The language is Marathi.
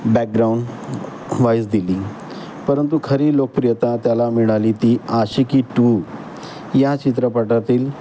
बॅकग्राउंड व्हाईस दिली परंतु खरी लोकप्रियता त्याला मिळाली ती आशिकी टू या चित्रपटातील